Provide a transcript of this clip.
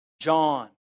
John